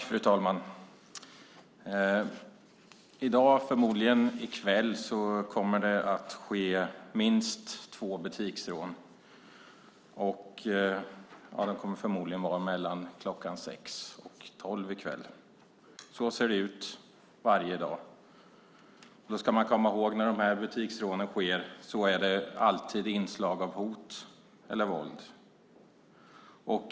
Fru talman! I dag, förmodligen i kväll, kommer det att ske minst två butiksrån, förmodligen mellan kl. 18 och 24. Så ser det ut varje dag. Då ska man komma ihåg att när butiksrånen sker är det alltid med inslag av hot eller våld.